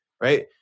right